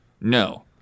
No